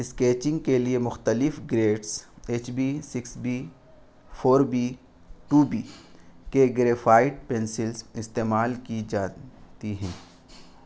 sketching کے لیے مختلف grades H B six B four B two B کے گریفائڈ پینسلس استعمال کی جاتی ہیں